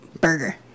Burger